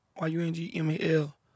Y-U-N-G-M-A-L